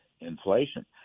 inflation